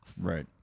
right